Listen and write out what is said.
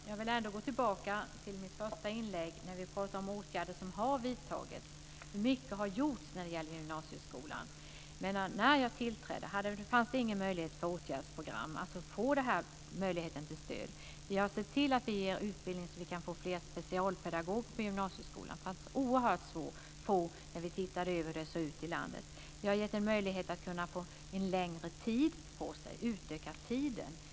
Fru talman! Jag vill gå tillbaka till det som jag tog upp i mitt första inlägg om åtgärder som har vidtagits och hur mycket som har gjorts när det gäller gymnasieskolan. När jag tillträdde fanns det inga möjligheter till åtgärdsprogram och möjligheter till stöd. Vi har sett till att vi ger utbildning för att få fler specialpedagoger i gymnasieskolan. Det fanns oerhört få när vi tittade över hur det såg ut i landet. Vi har gett möjlighet att utöka studietiden.